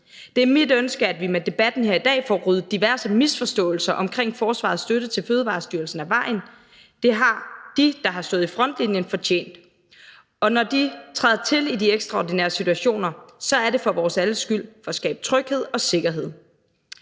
Det er mit ønske, at vi med debatten her i dag får ryddet diverse misforståelser omkring forsvarets støtte til Fødevarestyrelsen af vejen. Det har de, der har stået i frontlinjen, fortjent, og når de træder til i de ekstraordinære situationer, så er det for vores alle sammens skyld – for at skabe tryghed og sikkerhed.